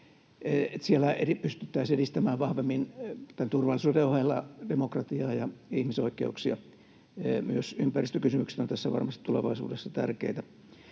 Siellä pystyttäisiin edistämään vahvemmin tämän turvallisuuden ohella demokratiaa ja ihmisoikeuksia. Myös ympäristökysymykset ovat tässä varmasti tulevaisuudessa tärkeitä.